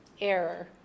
error